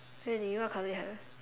really what colour you have